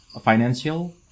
financial